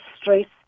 streets